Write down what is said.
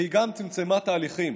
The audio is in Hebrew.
והיא גם צמצמה תהליכים,